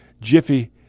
Jiffy